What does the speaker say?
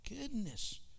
goodness